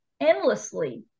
endlessly